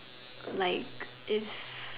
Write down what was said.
like is